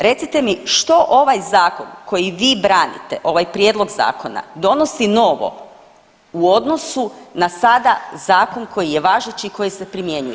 Recite mi, što ovaj Zakon koji vi branite, ovaj prijedlog Zakona, donosi novo u odnosu na sada zakon koji je važeći i koji se primjenjuje?